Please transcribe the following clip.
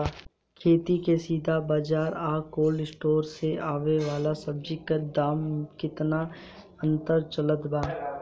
खेत से सीधा बाज़ार आ कोल्ड स्टोर से आवे वाला सब्जी के दाम में केतना के अंतर चलत बा?